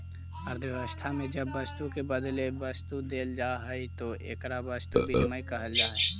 अर्थव्यवस्था में जब वस्तु के बदले वस्तु देल जाऽ हई तो एकरा वस्तु विनिमय कहल जा हई